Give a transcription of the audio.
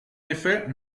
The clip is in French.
effet